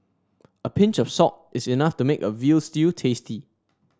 a pinch of salt is enough to make a veal stew tasty